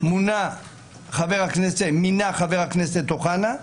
מינה חבר כנסת אוחנה,